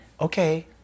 Okay